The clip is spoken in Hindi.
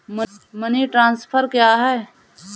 मनी ट्रांसफर क्या है?